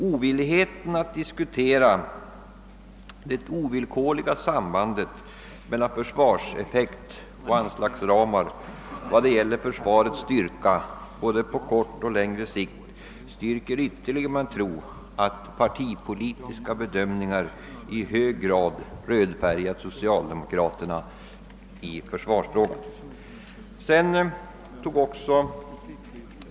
Ovilligheten att diskutera det ovillkorliga sambandet mellan försvarseffekt och anslagsramar när det gäller försvarets styrka, på både kortare och längre sikt, styrker ytterligare min tro att partipolitiska bedömningar i hög grad rödfärgat socialdemokraterna i försvarsfrågan.